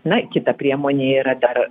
na kita priemonė yra dar